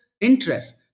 interest